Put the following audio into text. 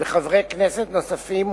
וחברי כנסת נוספים,